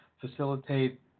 facilitate